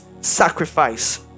sacrifice